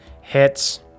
hits